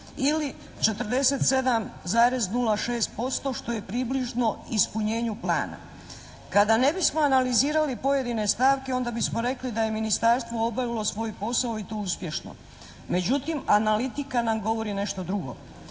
ili 47,06% što je približno ispunjenju plana. Kada ne bismo analizirali pojedine stavke onda bismo rekli da je Ministarstvo obavilo svoj posao i to uspješno. Međutim, analitika nam govori nešto drugo.